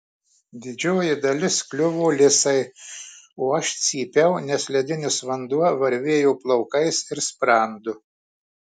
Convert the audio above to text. didžioji dalis kliuvo lisai o aš cypiau nes ledinis vanduo varvėjo plaukais ir sprandu